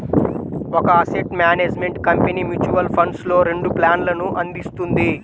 ఒక asset management company mutual ఫండ్స్లో రెండు ప్లాన్లను అందిస్తుంది